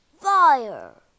fire